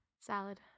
Salad